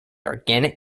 organic